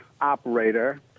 operator